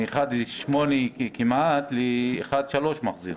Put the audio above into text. שאתה מחזיר מ-1.8 כמעט ל-1.3.